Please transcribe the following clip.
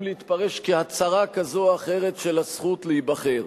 להתפרש כהצרה כזאת או אחרת של הזכות להיבחר.